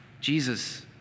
Jesus